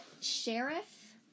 sheriff